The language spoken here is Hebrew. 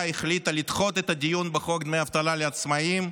החליטה לדחות את הדיון בחוק דמי אבטלה לעצמאים,